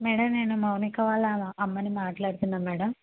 madam నేను మౌనిక వాళ్ళ అమ్మని మాట్లాడుతున్నాను మ్యాడమ్